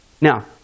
Now